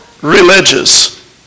religious